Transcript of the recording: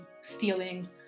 stealing